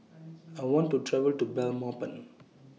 I want to travel to Belmopan